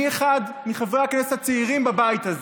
אני אחד מחברי הכנסת הצעירים בבית הזה,